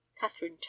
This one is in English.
Catherine